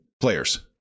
players